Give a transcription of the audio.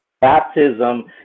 Baptism